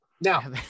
now